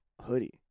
hoodie